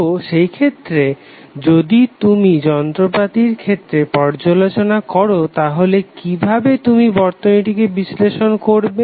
তো সেইক্ষেত্রে যদি তুমি যন্ত্রপাতির ক্ষেত্রে পর্যালোচনা করো তাহলে কিভাবে তুমি বর্তনীটিকে বিশ্লেষণ করবে